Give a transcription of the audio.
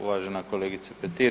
Uvažena kolegice Petir.